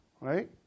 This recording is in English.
right